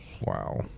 Wow